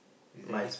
my